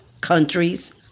countries